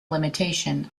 limitation